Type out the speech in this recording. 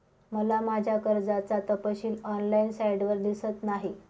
मला माझ्या कर्जाचा तपशील ऑनलाइन साइटवर दिसत नाही